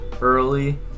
early